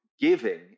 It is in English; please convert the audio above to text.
giving